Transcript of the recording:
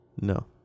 No